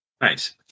Nice